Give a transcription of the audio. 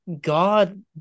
god